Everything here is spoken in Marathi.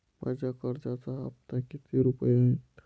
माझ्या कर्जाचा हफ्ता किती रुपये आहे?